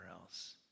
else